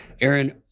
Aaron